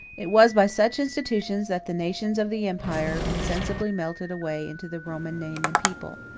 it was by such institutions that the nations of the empire insensibly melted away into the roman name and people.